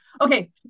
okay